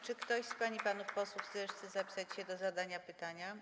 Czy ktoś z pań i panów posłów chce jeszcze zapisać się do zadania pytania?